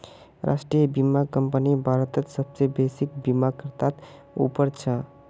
राष्ट्रीय बीमा कंपनी भारतत सबसे बेसि बीमाकर्तात उपर छ